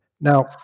Now